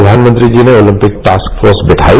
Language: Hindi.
प्रधानमंत्री जी ने ओलंपिक टास्क फोर्स बैठाई